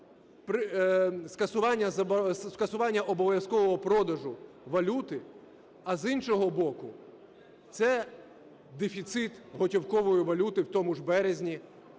скасування обов'язкового продажу валюти, а, з іншого боку, це дефіцит готівкової валюти в тому ж березні,